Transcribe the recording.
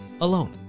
alone